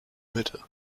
mitte